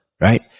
right